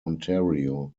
ontario